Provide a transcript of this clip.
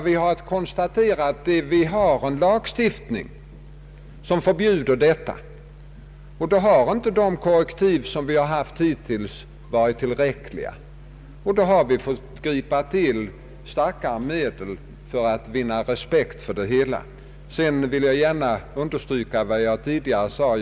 Vi har nu att konstatera att det finns en lagstiftning som förbjuder arbetsförmedling men att de korrektiv vi hittills haft inte varit tillräckliga. Därför har vi fått gripa till starkare medel för att vinna respekt för det hela. Sedan vill jag understryka vad jag uttalade tidigare.